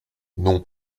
non